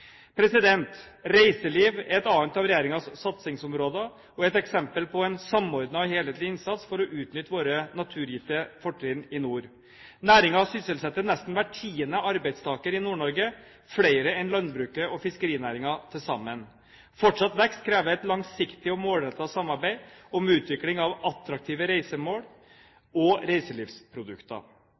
Reiseliv er et annet av regjeringens satsingsområder og et eksempel på en samordnet og helhetlig innsats for å utnytte våre naturgitte fortrinn i nord. Næringen sysselsetter nesten hver tiende arbeidstaker i Nord-Norge, flere enn landbruket og fiskerinæringen til sammen. Fortsatt vekst krever et langsiktig og målrettet samarbeid om utvikling av attraktive reisemål og reiselivsprodukter.